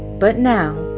but now,